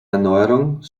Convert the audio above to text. erneuerung